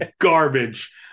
garbage